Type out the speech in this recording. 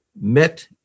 met